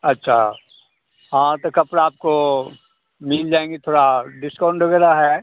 अच्छा हाँ तो कपड़ा आपको मिल जाएँगे थोड़ा डिस्काउंट वग़ैरह है